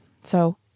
So-